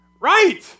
Right